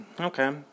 Okay